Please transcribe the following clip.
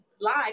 Live